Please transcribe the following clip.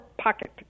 pocket